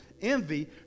envy